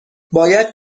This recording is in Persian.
باید